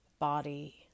body